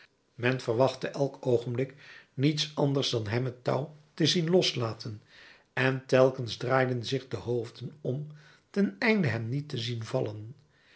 men verwachtte elk oogenblik niets anders dan hem het touw te zien loslaten en telkens draaiden zich de hoofden om ten einde hem niet te zien vallen